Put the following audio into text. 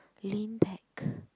lean pack